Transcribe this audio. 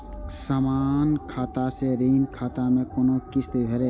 समान खाता से ऋण खाता मैं कोना किस्त भैर?